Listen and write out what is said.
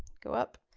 go up,